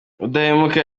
udahemuka